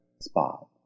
spot